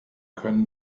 können